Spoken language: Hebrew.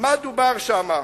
מה דובר שם,